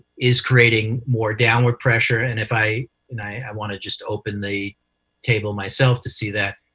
is creating more downward pressure. and if i and i want to just open the table myself to see that.